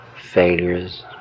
failures